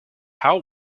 how